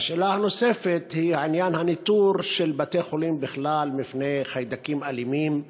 והשאלה הנוספת היא עניין הניטור של בתי-חולים בכלל מפני חיידקים אלימים,